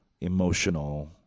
emotional